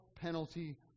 penalty